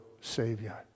Savior